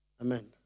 Amen